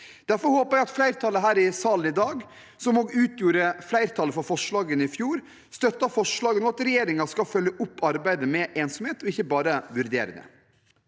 Derfor håper jeg at flertallet her i salen i dag, som også utgjorde flertallet for forslagene i fjor, støtter forslaget om at regjeringen skal følge opp arbeidet med ensomhet og ikke bare vurdere det.